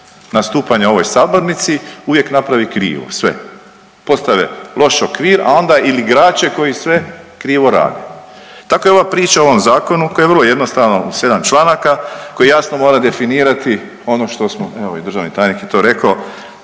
nastupanja u ovoj sabornici uvijek napravi krivo sve, postave loš okvir, a onda i igrače koji sve krivo rade. Tako i ova priča o ovom zakonu koji vrlo jednostavno u 7 članaka koji jasno moraju definirati ono što smo, evo i državni tajnik je to rekao,